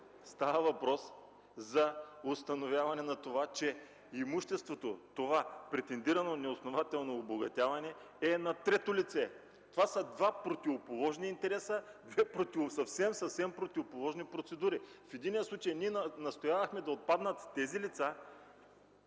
стана въпрос за установяване на това, че имуществото, претендирано като неоснователно обогатяване, е на трето лице. Това са два противоположни интереса, две съвсем противоположни процедури. В единия случай ние настоявахме да отпаднат тези лица,